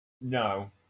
No